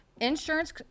insurance